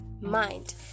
mind